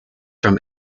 from